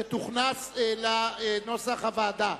ותוכנס לנוסח הוועדה.